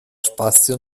spazio